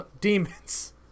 demons